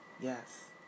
Yes